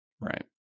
Right